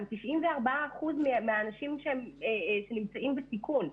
הם 94% מהאנשים שנמצאים בסיכון.